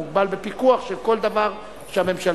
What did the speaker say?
הוא מוגבל בפיקוח של כל דבר של הממשלה.